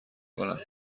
کنم